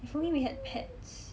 if only we had pets